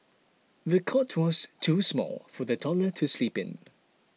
the cot was too small for the toddler to sleep in